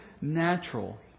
natural